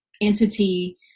entity